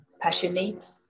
passionate